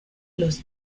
los